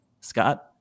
Scott